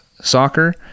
soccer